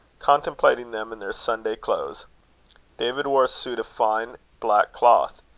contemplating them in their sunday clothes david wore a suit of fine black cloth.